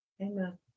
Amen